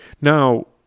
Now